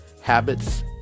habits